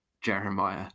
Jeremiah